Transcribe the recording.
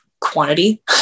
quantity